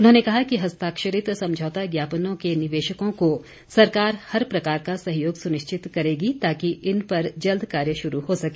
उन्होंने कहा कि हस्ताक्षरित समझौता ज्ञापनों के निवेशकों को सरकार हर प्रकार का सहयोग सुनिश्चित करेगी ताकि इन पर जल्द कार्य शुरू हो सके